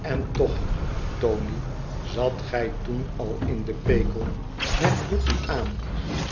en toch tony zat gij toen al in de pekel merkt guppy aan